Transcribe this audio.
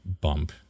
bump